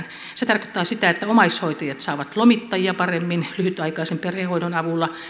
se tarkoittaa sitä että omaishoitajat saavat lomittajia paremmin lyhytaikaisen perhehoidon avulla